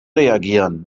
reagieren